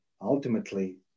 ultimately